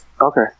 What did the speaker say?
Okay